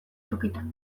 tokitan